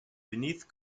beneath